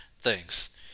Thanks